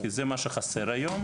כי זה מה שחסר היום,